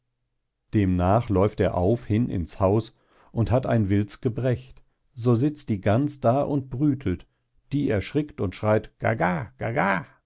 demnach lauft er auf hin ins haus und hat ein wild's gebrächt so sitzt die gans da und brütelt die erschrickt und schreit gaga gaga